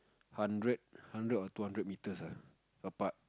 hundred hundred or two hundred meters ah apart